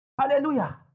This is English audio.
Hallelujah